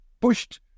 pushed